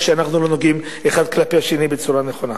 שאנחנו לא נוהגים אחד כלפי השני בצורה נכונה?